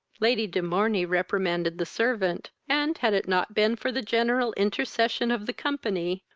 lady de morney reprimanded the servant and, had it not been for the general intercession of the company,